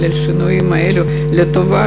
אבל השינויים האלה הם לטובה,